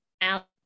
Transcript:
out